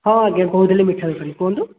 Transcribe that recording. ହଁ ଆଜ୍ଞା କହୁଥିଲି ମିଠା ଦୋକାନରୁ କୁହନ୍ତୁ